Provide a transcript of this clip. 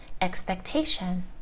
expectation